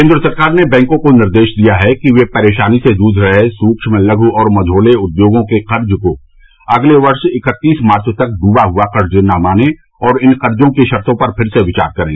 केन्द्र सरकार ने बैंकों को निर्देश दिया है कि वे परेशानी से जूझ रहे सूक्ष्म लघ् और मझोले उद्योगों के कर्ज को अगले वर्ष इक्कतीस मार्च तक डूबा हुआ कर्ज न मानें और इन कर्जों की शर्तो पर फिर से विचार करें